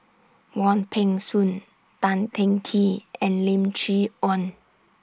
Wong Peng Soon Tan Teng Kee and Lim Chee Onn